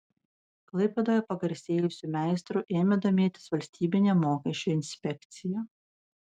klaipėdoje pagarsėjusiu meistru ėmė domėtis valstybinė mokesčių inspekcija